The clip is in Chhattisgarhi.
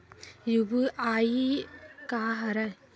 यू.पी.आई का हरय?